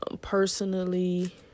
personally